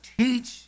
teach